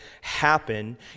happen